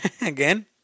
again